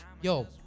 yo